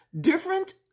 Different